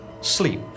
Sleep